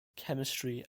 chemistry